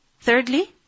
Thirdly